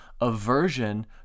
aversion